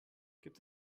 gibt